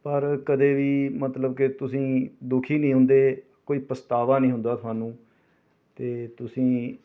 ਪਰ ਕਦੇ ਵੀ ਮਤਲਬ ਕਿ ਤੁਸੀਂ ਦੁਖੀ ਨਹੀਂ ਹੁੰਦੇ ਕੋਈ ਪਛਤਾਵਾ ਨਹੀਂ ਹੁੰਦਾ ਤੁਹਾਨੂੰ ਅਤੇ ਤੁਸੀਂਂ